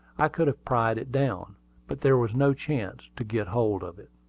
i could have pried it down but there was no chance to get hold of it.